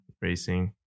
racing